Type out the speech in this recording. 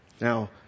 Now